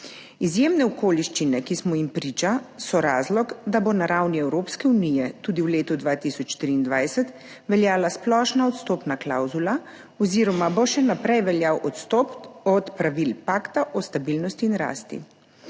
Izjemne okoliščine, ki smo jim priča, so razlog, da bo na ravni Evropske unije tudi v letu 2023 veljala splošna odstopna klavzula oziroma bo še naprej veljal odstop od pravil Pakta za stabilnost in rast.